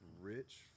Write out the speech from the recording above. rich